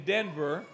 Denver